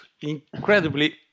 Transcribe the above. incredibly